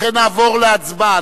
לכן נעבור להצבעה.